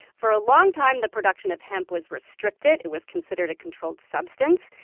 for a long time, the production of hemp was restricted. it was considered a controlled substance.